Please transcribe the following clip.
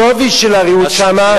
השווי של הריהוט שם,